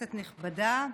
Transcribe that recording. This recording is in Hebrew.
כנסת נכבדה,